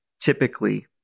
typically